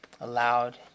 allowed